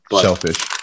Selfish